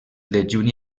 dejuni